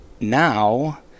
now